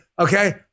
Okay